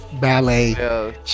ballet